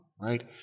Right